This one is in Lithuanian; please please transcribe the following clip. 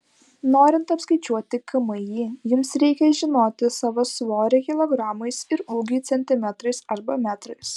norint apskaičiuoti kmi jums reikia žinoti savo svorį kilogramais ir ūgį centimetrais arba metrais